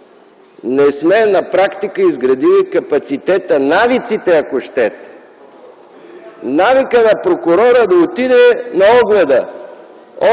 все още не сме изградили капацитета, навиците, ако щете –навикът на прокурора да отиде на огледа